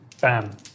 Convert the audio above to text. Bam